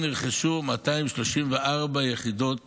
שבה נרכשו 234 יחידות